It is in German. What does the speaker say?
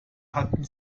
hatten